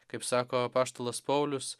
kaip sako apaštalas paulius